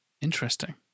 Interesting